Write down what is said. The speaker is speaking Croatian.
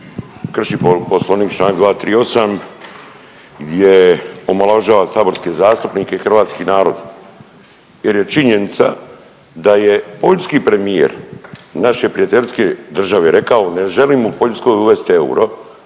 krši Poslovnik Članak 238., jer omalovažava saborske zastupnike i hrvatski narod jer je činjenica da je poljski premijer naše prijateljske države rekao ne želim u Poljskoj uvesti euro